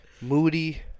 Moody